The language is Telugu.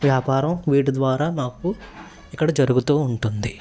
వ్యాపారం వీటి ద్వారా మాకు ఇక్కడ జరుగుతూ ఉంటుంది